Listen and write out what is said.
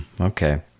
okay